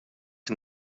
can